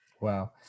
wow